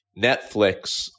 Netflix